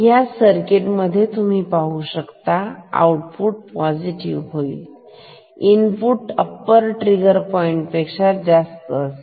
ह्या सर्किट मध्ये तुम्ही पाहू शकता आउटपुट पोसिटीव्ह होईल इनपुट अप्पर ट्रिगर पॉईंट पेक्षा जास्त असेल